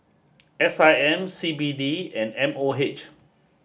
S I M C B D and M O H